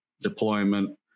deployment